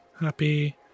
happy